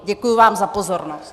Děkuji vám za pozornost.